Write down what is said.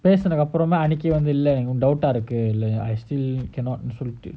பேசுனத்துக்குஅப்பறம்அன்னைக்குவந்துஎனக்குஇன்னும்:pesunathuku apram annaiku vandhu enaku inum doubt ah இருக்கு:irukku I still